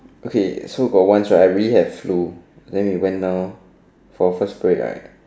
okay so got once right I really had flu then it went down for a first parade right